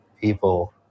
people